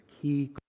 key